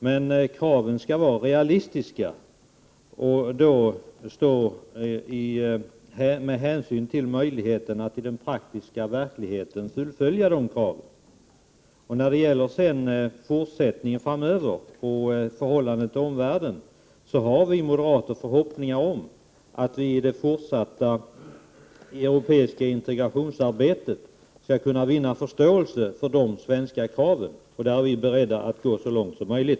Men kraven skall vara realistiska med hänsyn till möjligheterna att i den praktiska verkligheten fullfölja dem. När det gäller förhållandet till omvärlden framöver har vi moderater förhoppningar om att vi i det fortsatta europeiska integrationsarbetet skall kunna vinna förståelse för de svenska kraven. Där är vi beredda att gå så långt som möjligt.